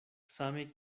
same